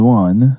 one